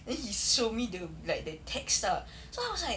then he show me the like the text lah so I was like